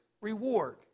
reward